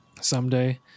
Someday